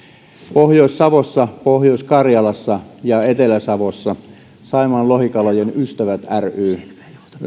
pohjois savossa pohjois karjalassa ja etelä savossa saimaan lohikalojen ystävät ry